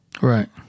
Right